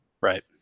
right